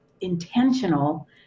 intentional